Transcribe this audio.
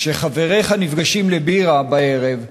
כאשר חבריך נפגשים לבירה בערב,